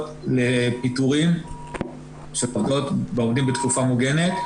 לפיטורים שפוגעות בעובדים בתקופה המוגנת.